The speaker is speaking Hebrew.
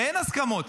ואין הסכמות,